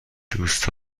دوست